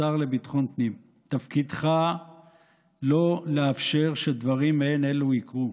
השר לביטחון פנים: תפקידך לא לאפשר שדברים מעין אלו יקרו.